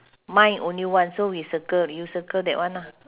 mine only one so we circle you circle that one ah